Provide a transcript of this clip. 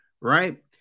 right